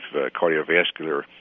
cardiovascular